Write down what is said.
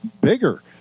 bigger